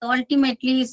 Ultimately